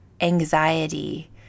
anxiety